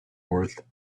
worth